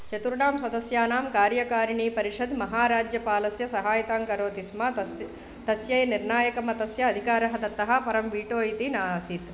चतुर्णां सदस्यानां कार्यकारिणीपरिषद् महाराज्यपालस्य सहायतां करोति स्म तस्य तस्यै निर्णायकमतस्य अधिकारः दत्तः परं बीटो इति न आसीत्